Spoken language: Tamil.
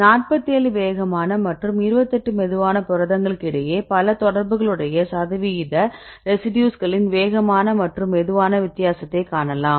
47 வேகமான மற்றும் 28 மெதுவான புரதங்களுக்கு இடையே பல தொடர்புகள் உடைய சதவிகித ரெசிடியூஸ்களின் வேகமான மற்றும் மெதுவான வித்தியாசத்தை காணலாம்